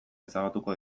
ezabatuko